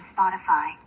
Spotify